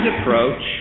approach